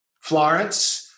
Florence